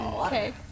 Okay